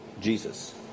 Jesus